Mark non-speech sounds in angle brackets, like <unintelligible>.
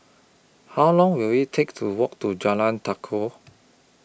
How Long Will IT Take to Walk to Jalan <unintelligible>